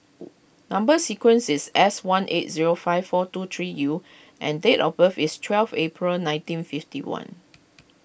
Number Sequence is S one eight zero five four two three U and date of birth is twelve April nineteen fifty one